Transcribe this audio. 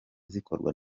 zikorwa